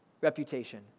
Reputation